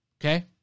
okay